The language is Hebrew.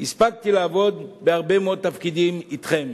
הספקתי לעבוד בהרבה מאוד תפקידים אתכם,